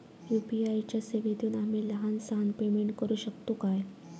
UPI च्या सेवेतून आम्ही लहान सहान पेमेंट करू शकतू काय?